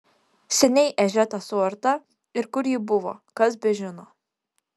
seniai ežia ta suarta ir kur ji buvo kas bežino